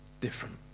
different